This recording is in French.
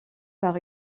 par